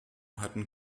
hatten